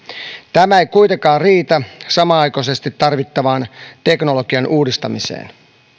tämä ei kuitenkaan riitä samanaikaisesti tarvittavaan teknologian uudistamiseen